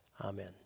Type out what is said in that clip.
Amen